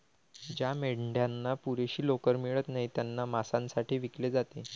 ज्या मेंढ्यांना पुरेशी लोकर मिळत नाही त्यांना मांसासाठी विकले जाते